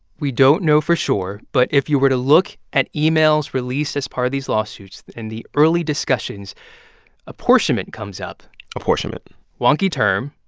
we don't know for sure. but if you were to look at emails released as part of these lawsuits, in the early discussions apportionment comes up apportionment wonky term,